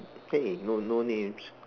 hey no no names